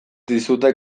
dizute